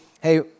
hey